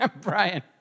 Brian